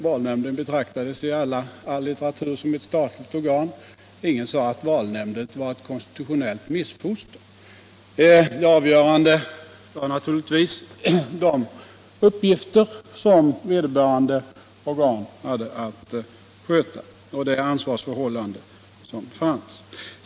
Valnämnden betraktades i litteraturen som ett statligt organ. Ingen sade att valnämnden var ett konstitutionellt missfoster. Det avgörande var naturligtvis de uppgifter som vederbörande organ hade att sköta och det ansvarsförhållande som fanns.